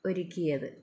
ഒരുക്കിയത്